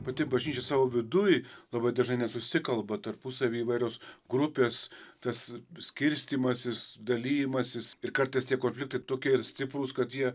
pati pažįstu savo viduj labai dažnai nesusikalba tarpusavyje įvairios grupės tas skirstymasis dalijimasis ir kartais tie konfliktai tokie ir stiprūs kad jie